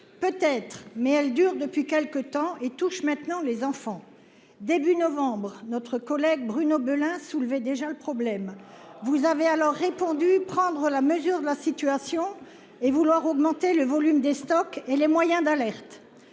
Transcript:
Peut-être mais elle dure depuis quelques temps et touche maintenant les enfants début novembre. Notre collègue Bruno Belin soulever, déjà le problème vous avez alors répondu, prendre la mesure de la situation et vouloir augmenter le volume des stocks et les moyens d'alerte.